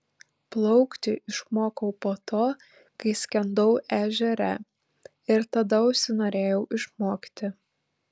plaukti išmokau po to kai skendau ežere ir tada užsinorėjau išmokti